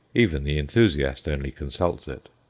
even the enthusiast only consults it.